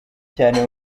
cyane